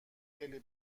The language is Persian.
خیلی